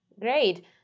Great